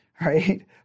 right